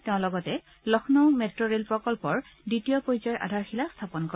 তেওঁ লগতে Lucknow metro rail প্ৰকল্পৰ দ্বিতীয় পৰ্যায়ৰ আধাৰশিলা স্থাপন কৰে